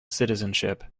citizenship